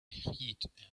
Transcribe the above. heat